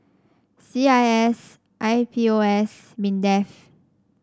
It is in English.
C I S I P O S Mindef